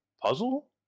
puzzle